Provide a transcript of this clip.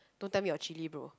don't tell me your chilli bro